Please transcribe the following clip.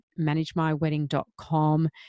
managemywedding.com